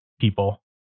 people